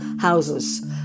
houses